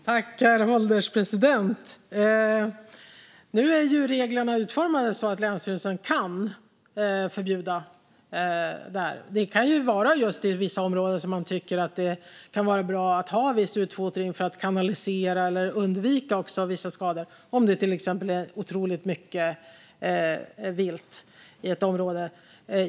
Herr ålderspresident! Nu är reglerna utformade så att länsstyrelsen kan förbjuda. Det kan vara vissa områden där man tycker att det är bra att ha viss utfodring för att kanalisera eller undvika vissa skador, om det till exempel är otroligt mycket vilt i ett område.